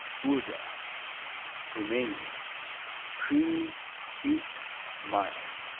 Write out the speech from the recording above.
urda rumania creamy sweet mild.